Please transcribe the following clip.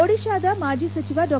ಒಡಿಶಾದ ಮಾಜಿ ಸಚಿವ ಡಾ